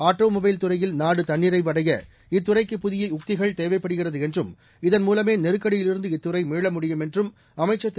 automobile துறையில் நாடு தன்னிறைவு அடைய இத்துறைக்கு புதிய உக்திகள் தேவைப்படுகிறது என்றும் இதன்மூலமே நெருக்கடியிலிருந்து இத்துறை மீள முடியும் என்றும் அமைச்சர் திரு